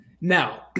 Now